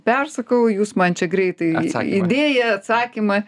persakau jūs man čia greitai idėją atsakymą